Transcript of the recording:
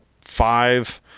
five